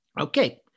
Okay